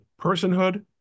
personhood